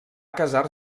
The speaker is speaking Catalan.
casar